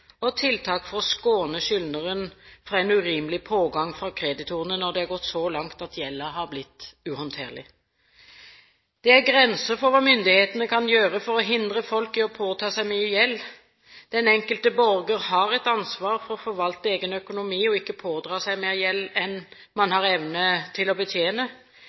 og tiltak for å skåne skyldneren fra en urimelig pågang fra kreditorene når det er gått så langt at gjelden har blitt uhåndterlig. Det er grenser for hva myndighetene kan gjøre for å hindre folk i å påta seg mye gjeld. Den enkelte borger har et ansvar for å forvalte egen økonomi og ikke pådra seg mer gjeld enn man har evne til å betjene.